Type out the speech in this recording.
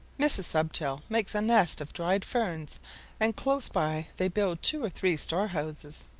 mrs. stubtail makes a nest of dried ferns and close by they build two or three storehouses,